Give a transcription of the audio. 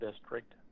district